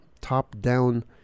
top-down